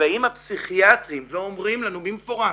כשבאים הפסיכיאטרים ואומרים לנו במפורש,